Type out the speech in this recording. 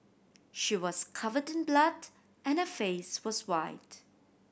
she was covered in blood and her face was white